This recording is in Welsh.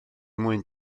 mwyn